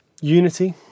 Unity